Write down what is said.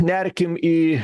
nerkim į